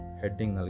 heading